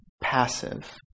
passive